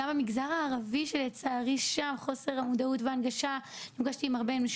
גם המגזר הערבי שלצערי חוסר המודעות וההנגשה מורגשים הרבה באנשים